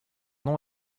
nom